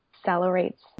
accelerates